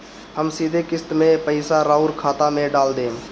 हम सीधे किस्त के पइसा राउर खाता में डाल देम?